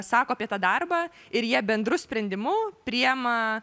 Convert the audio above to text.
sako apie tą darbą ir jie bendru sprendimu priima